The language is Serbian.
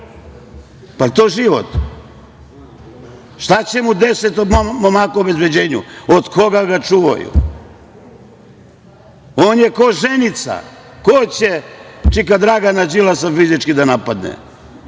Jel to život? Šta će mu 10 momaka u obezbeđenju? Od koga ga čuvaju? On je ko ženica. Ko će čika Dragana Đilasa fizički da napadne?